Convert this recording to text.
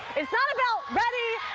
it's not about ready,